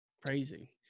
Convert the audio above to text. Crazy